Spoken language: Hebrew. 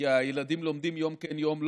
כי הילדים לומדים יום כן יום לא,